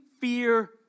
fear